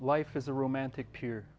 life is a romantic pier